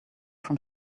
from